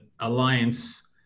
Alliance